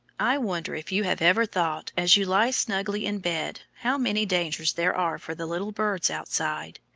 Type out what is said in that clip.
i wonder if you have ever thought as you lie snugly in bed how many dangers there are for the little birds outside?